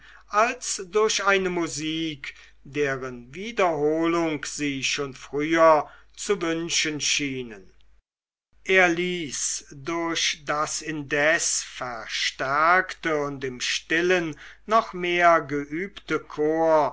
als durch eine musik deren wiederholung sie schon früher zu wünschen schienen er ließ durch das indes verstärkte und im stillen noch mehr geübte chor